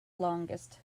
longest